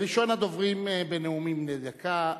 ראשון הדוברים בנאומים בני דקה,